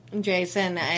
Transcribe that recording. Jason